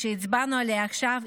שהצבענו עליה עכשיו,